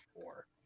four